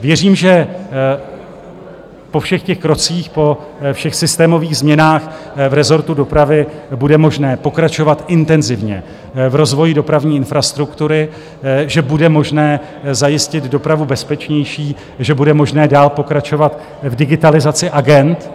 Věřím, že po všech těch krocích, po všech systémových změnách v rezortu dopravy bude možné pokračovat intenzivně v rozvoji dopravní infrastruktury, že bude možné zajistit dopravu bezpečnější, že bude možné dál pokračovat v digitalizaci agend.